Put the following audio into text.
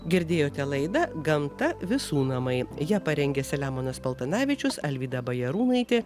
girdėjote laidą gamta visų namai ją parengė seliamonas paltanavičius alvyda bajarūnaitė